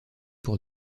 pour